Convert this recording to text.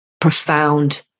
profound